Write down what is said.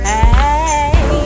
Hey